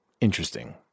interesting